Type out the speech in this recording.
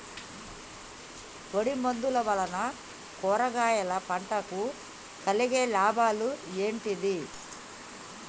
పొడిమందు వలన కూరగాయల పంటకు కలిగే లాభాలు ఏంటిది?